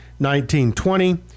19-20